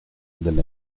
del